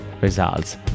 results